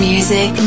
Music